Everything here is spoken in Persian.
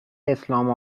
اسلام